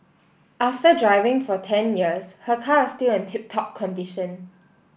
after driving for ten years her car is still in tip top condition